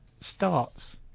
starts